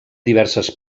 diverses